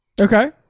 Okay